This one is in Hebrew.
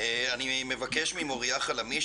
אני מבקש ממוריה חלמיש,